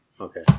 Okay